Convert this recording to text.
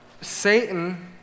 Satan